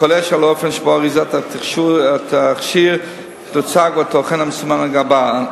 חולש על האופן שבו יוצגו אריזת התכשיר והתוכן המסומן על גביה.